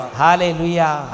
hallelujah